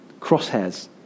crosshairs